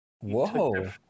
Whoa